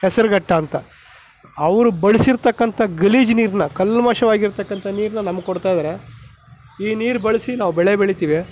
ಹೆಸರಘಟ್ಟ ಅಂತ ಅವರು ಬಳಸಿರ್ತಕ್ಕಂಥ ಗಲೀಜು ನೀರನ್ನ ಕಲ್ಮಶವಾಗಿರತಕ್ಕಂಥ ನೀರನ್ನ ನಮ್ಗೆ ಕೊಡ್ತಾ ಇದ್ದಾರೆ ಈ ನೀರು ಬಳಸಿ ನಾವು ಬೆಳೆ ಬೆಳಿತೀವಿ